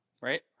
Right